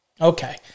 Okay